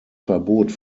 verbot